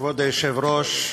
כבוד היושב-ראש,